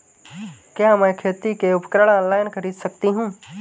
क्या मैं खेती के उपकरण ऑनलाइन खरीद सकता हूँ?